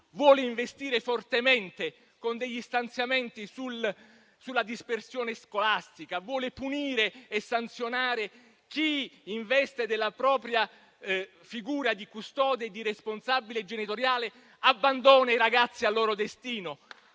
ed investire fortemente con degli stanziamenti sulla dispersione scolastica, punire e sanzionare chi, in veste della propria figura di custode e di responsabile genitoriale, abbandona i ragazzi al loro destino.